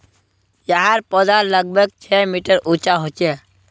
याहर पौधा लगभग छः मीटर उंचा होचे